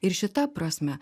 ir šita prasme